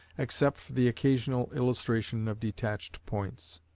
except for the occasional illustration of detached points.